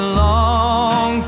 long